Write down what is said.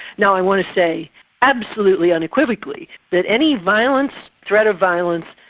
now i want to say absolutely unequivocally that any violence, threat of violence,